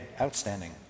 outstanding